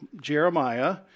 Jeremiah